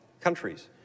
countries